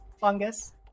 fungus